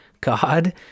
god